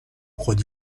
خود